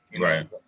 right